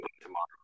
tomorrow